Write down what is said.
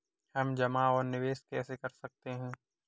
हम जमा और निवेश कैसे कर सकते हैं?